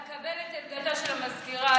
אקבל את עמדתה של המזכירה,